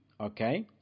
Okay